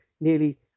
nearly